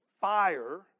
fire